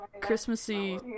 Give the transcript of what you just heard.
Christmassy